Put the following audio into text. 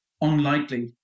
unlikely